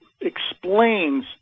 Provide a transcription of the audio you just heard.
explains